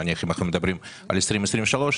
אם אנחנו מדברים על 2023,